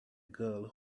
girl